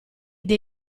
dei